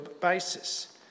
basis